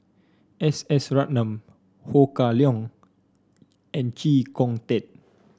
S S Ratnam Ho Kah Leong and Chee Kong Tet